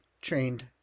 trained